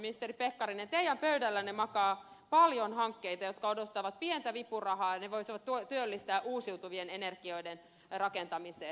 ministeri pekkarinen teidän pöydällänne makaa paljon hankkeita jotka odottavat pientä vipurahaa ja ne voisivat työllistää uusiutuvien energioiden rakentamiseen